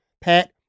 Pat